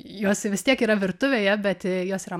jos vis tiek yra virtuvėje bet jos yra